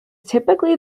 typically